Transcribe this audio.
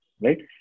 right